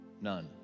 none